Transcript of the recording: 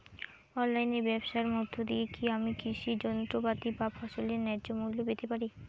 অনলাইনে ব্যাবসার মধ্য দিয়ে কী আমি কৃষি যন্ত্রপাতি বা ফসলের ন্যায্য মূল্য পেতে পারি?